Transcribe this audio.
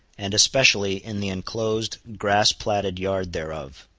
and especially in the inclosed grass-platted yard thereof.